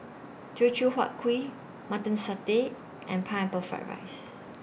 Teochew Huat Kuih Mutton Satay and Pineapple Fried Rice